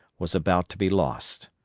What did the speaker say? was about to be lost.